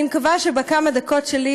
אני מקווה שבכמה הדקות שלי,